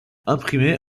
imprimé